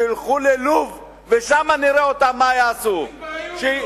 שילכו ללוב ונראה מה הם יעשו שם,